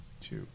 Two